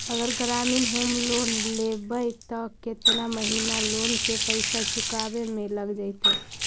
अगर ग्रामीण home loan लेबै त केतना महिना लोन के पैसा चुकावे में लग जैतै?